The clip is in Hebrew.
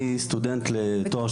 אני סטודנט לתואר שני בבר אילן.